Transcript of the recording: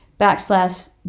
backslash